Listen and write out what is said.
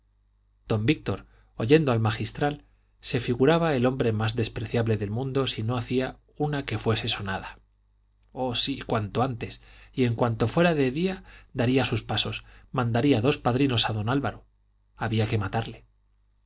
don víctor oyendo al magistral se figuraba el hombre más despreciable del mundo si no hacía una que fuese sonada oh sí cuanto antes en cuanto fuera de día daría sus pasos mandaría dos padrinos a don álvaro había que matarle don